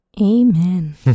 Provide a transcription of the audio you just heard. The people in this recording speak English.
amen